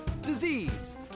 disease